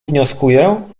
wnioskuję